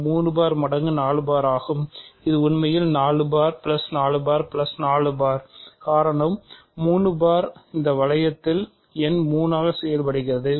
இது 3 பார் மடங்கு 4 பார் ஆகும் இது உண்மையில் 4 பார் 4 பார் 4 பார் காரணம் 3 பார் இந்த வளையத்தில் எண் 3 ஆக செயல்படுகிறது